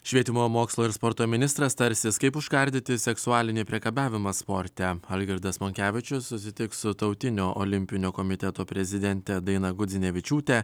švietimo mokslo ir sporto ministras tarsis kaip užkardyti seksualinį priekabiavimą sporte algirdas monkevičius susitiks su tautinio olimpinio komiteto prezidente daina gudzinevičiūtė